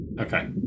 Okay